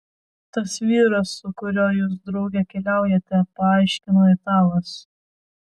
tas vyras su kuriuo jūs drauge keliaujate paaiškino italas